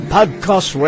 Podcast